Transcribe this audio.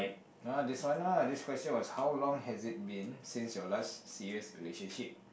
no ah this one lah this question was how long has it been since your last serious relationship